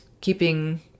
keeping